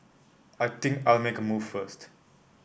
I think I'll make a move first